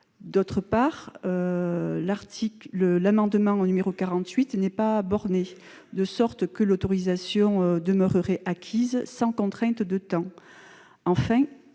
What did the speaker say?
Ensuite, l'amendement n° 48 rectifié n'est pas borné, de sorte que l'autorisation demeurerait acquise sans contrainte de temps. Enfin,